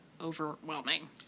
overwhelming